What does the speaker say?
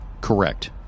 Correct